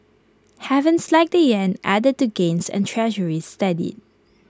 havens like the Yen added to gains and Treasuries steadied